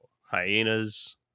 hyenas